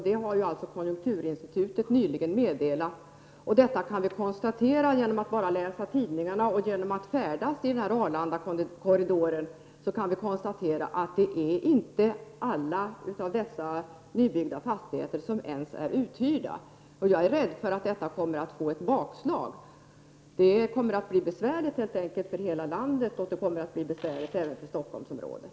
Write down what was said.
Det har konjunkturinstitutet nyligen meddelat, och det har framgått om man läser tidningarna. Genom att färdas i Arlandakorridoren kan man konstatera att inte ens alla fastigheter är uthyrda. Jag är rädd för att detta kommer att leda till bakslag. Det kommer helt enkelt att bli besvärligt för hela landet, och det kommer att bli besvärligt även för Stockholmsområdet.